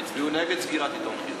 הם הצביעו נגד סגירת עיתון חינם.